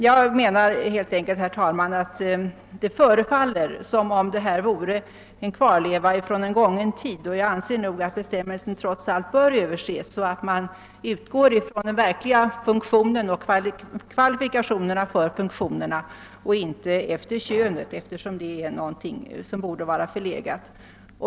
Jag menar helt enkelt, herr talman, att det förefaller som om detta vore en kvarleva från en gången tid. Jag anser att bestämmelsen trots allt bör överses och att man bör utgå från de verkliga funktionerna och kvalifikationerna för dessa, inte efter könet, eftersom den indelningsgrunden är förlegad.